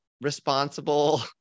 responsible